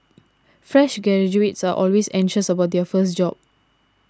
fresh graduates are always anxious about their first job